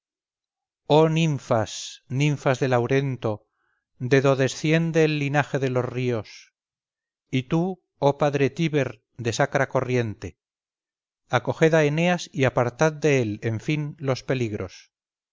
oh ninfas ninfas de laurento de do desciende el linaje de los ríos y tú oh padre tíber de sacra corriente acoged a eneas y apartad de él en fin los peligros